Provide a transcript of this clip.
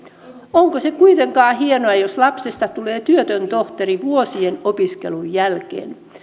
onko se kuitenkaan hienoa jos lapsesta tulee työtön tohtori vuosien opiskelun jälkeen